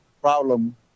problem